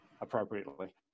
appropriately